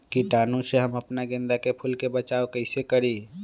कीटाणु से हम अपना गेंदा फूल के बचाओ कई से करी?